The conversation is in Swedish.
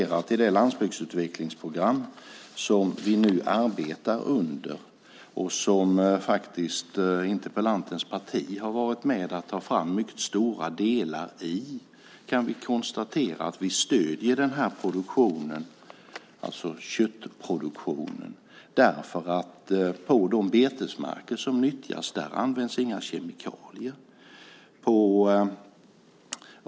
Av det landsbygdsutvecklingsprogram som vi nu arbetar under, och där faktiskt interpellantens parti har varit med om att ta fram mycket stora delar, framgår att vi stöder köttproduktionen. På de betesmarker som nyttjas används inga kemikalier.